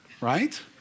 right